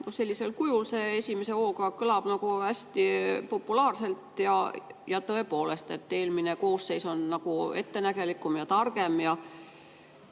Sellisel kujul see esimese hooga kõlab hästi populaarselt ja tõepoolest nii, et eelmine koosseis on nagu ettenägelikum ja targem.